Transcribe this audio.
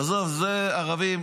עזוב, זה ערבים.